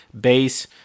bass